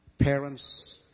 parents